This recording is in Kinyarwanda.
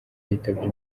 yitabye